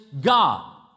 God